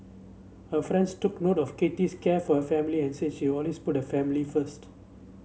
her friends took note of Kathy's care for her family and said she always put her family first